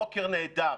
בוקר נהדר,